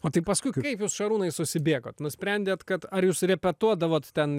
o tai paskui kaip jūs šarūnai susibėgot nusprendėt kad ar jūs repetuodavot ten